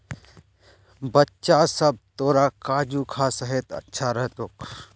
बच्चा सब, तोरा काजू खा सेहत अच्छा रह तोक